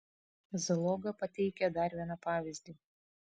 zaloga pateikia dar vieną pavyzdį